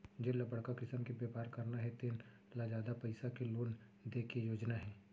जेन ल बड़का किसम के बेपार करना हे तेन ल जादा पइसा के लोन दे के योजना हे